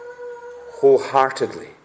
wholeheartedly